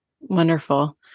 Wonderful